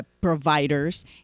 Providers